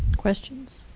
questions?